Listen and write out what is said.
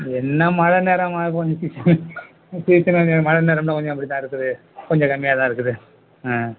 என்ன மழை நேரமாக இருக்குது கொஞ்சம் சீசனு சீசனு கொஞ்சம் மழை நேரமுன்னு கொஞ்சம் அப்படிதான் இருக்குது கொஞ்சம் கம்மியாகதான் இருக்குது ம்